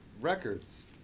records